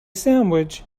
sandwich